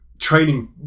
training